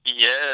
Yes